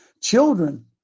children